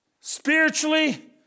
spiritually